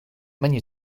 menu